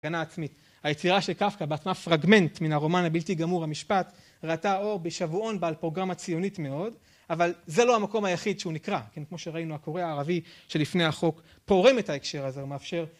הגנה עצמית, היצירה של קפקא בעצמה פרגמנט מן הרומן הבלתי גמור "המשפט", ראתה אור בשבועון בעל פרוגרמה ציונית מאוד, אבל זה לא המקום היחיד שהוא נקרא, כמו שראינו הקורא הערבי שלפני החוק פורם את ההקשר הזה ומאפשר